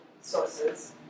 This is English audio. sources